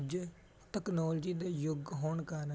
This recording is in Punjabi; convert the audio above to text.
ਅੱਜ ਟੈਕਨੋਲਜੀ ਦਾ ਯੁੱਗ ਹੋਣ ਕਾਰਨ